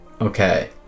Okay